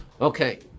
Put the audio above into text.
Okay